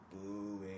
booing